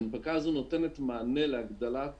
ההנפקה הזאת נותנת מענה להגדלת